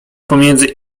pomiędzy